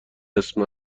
اسم